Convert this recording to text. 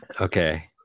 Okay